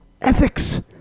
ethics